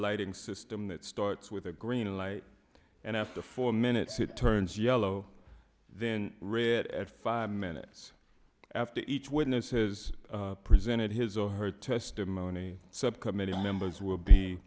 adding system that starts with a green light and after four minutes it turns yellow then red at five minutes after each witness is presented his or her testimony subcommittee members will be